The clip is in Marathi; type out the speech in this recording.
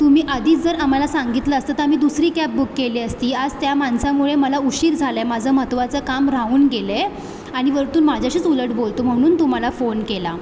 तुम्ही आधीच जर आम्हाला सांगितलं असतं तर आम्ही दुसरी कॅब बुक केली असती आज त्या माणसामुळे मला उशीर झाला आहे माझं महत्त्वाचं काम राहून गेलं आहे आणि वरतून माझ्याशीच उलट बोलतो म्हणून तुम्हाला फोन केला